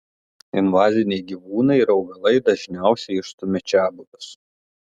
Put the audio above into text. invaziniai gyvūnai ar augalai dažniausiai išstumia čiabuvius